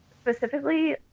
specifically